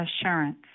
assurance